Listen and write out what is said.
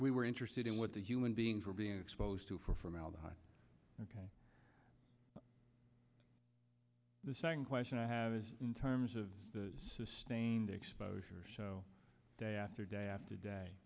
we were interested in what the human beings were being exposed to for formaldehyde ok the second question i have is in terms of the sustained exposure show day after day after day